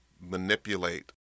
manipulate